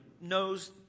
knows